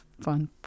fun